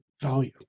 value